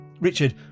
Richard